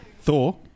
Thor